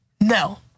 No